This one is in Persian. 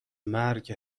مرگ